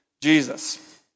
Jesus